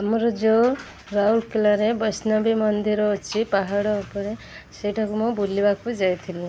ଆମର ଯେଉଁ ରାଉଲକେଲାରେ ବୈଷ୍ଣବୀ ମନ୍ଦିର ଅଛି ପାହାଡ଼ ଉପରେ ସେଇଟାକୁ ମୁଁ ବୁଲିବାକୁ ଯାଇଥିଲି